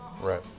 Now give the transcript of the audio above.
right